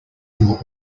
your